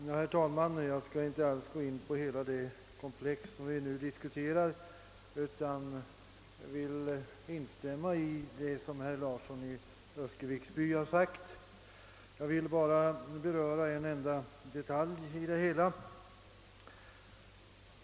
Herr talman! Jag skall inte alls gå in på hela det komplex vi nu diskuterar utan vill instämma i vad herr Larsson i Öskevik har sagt. Det är bara en enda detalj som jag vill beröra.